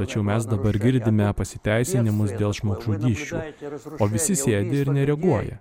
tačiau mes dabar girdime pasiteisinimus dėl žmogžudysčių visi sėdi ir nereaguoja